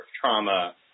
trauma